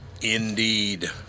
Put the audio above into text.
Indeed